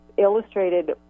illustrated